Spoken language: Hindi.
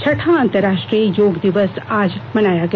छठा अंतर्राष्ट्रीय योग दिवस आज मनाया गया